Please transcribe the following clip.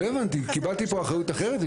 לא הבנתי, קיבלתי פה אחריות אחרת?